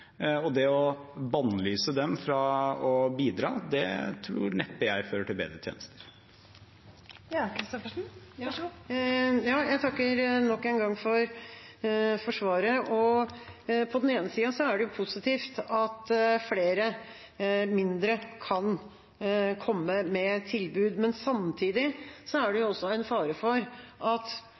Det å bannlyse dem fra å bidra tror jeg neppe fører til bedre tjenester. Jeg takker nok en gang for svaret. På den ene sida er det positivt at flere mindre kan komme med tilbud. Samtidig er det også en fare for at